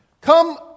Come